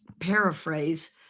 paraphrase